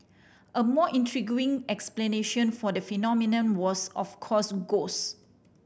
a more intriguing explanation for the phenomenon was of course ghost